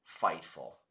Fightful